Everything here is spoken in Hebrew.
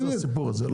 מה זה הסיפור הזה?